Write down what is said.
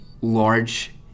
large